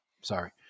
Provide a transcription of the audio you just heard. Sorry